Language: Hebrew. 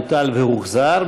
בוטל והוחזר,